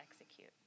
execute